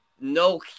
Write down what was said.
no